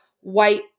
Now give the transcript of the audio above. white